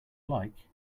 like